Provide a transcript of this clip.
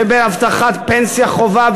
ובהבטחת פנסיה חובה,